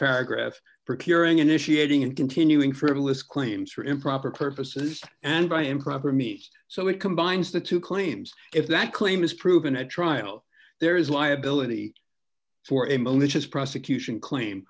paragraph procuring initiating and continuing frivolous claims for improper purposes and by improper me so it combines the two claims if that claim is proven at trial there is liability for a malicious prosecution claim